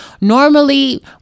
Normally